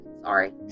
Sorry